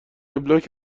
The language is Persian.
وبلاگ